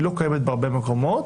היא לא קיימת בהרבה מקומות,